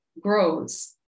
grows